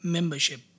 Membership